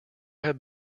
have